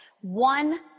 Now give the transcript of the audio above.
One